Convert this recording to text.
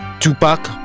Tupac